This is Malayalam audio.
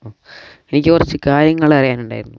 എനിക്ക് കുറച്ച് കാര്യങ്ങൾ അറിയാനുണ്ടായിരുന്നു